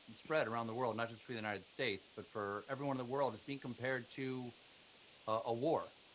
spread around the world, not just through the united states, but for everyone in the world, it's being compared to a war.